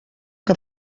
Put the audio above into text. que